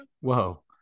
Whoa